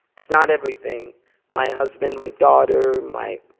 it's not everything my husband, my daughter, my